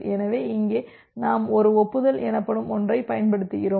எனவே இங்கே நாம் ஒரு ஒப்புதல் எனப்படும் ஒன்றைப் பயன்படுத்துகிறோம்